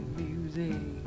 music